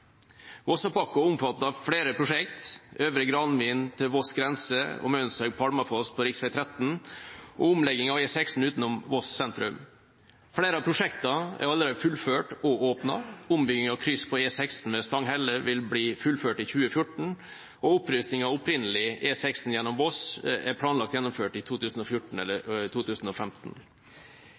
Vossapakko. Vossapakko omfatter flere prosjekter: Øvre Granvin–Voss grense og Mønshaug–Palmafoss på rv. 13 og omlegging av E16 utenom Voss sentrum. Flere av prosjektene er allerede fullført og åpnet. Ombygging av kryss på E16 ved Stanghelle vil bli fullført i 2014, og opprustingen av opprinnelig E16 gjennom Voss er planlagt gjennomført i 2014 eller 2015.